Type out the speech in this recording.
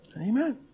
Amen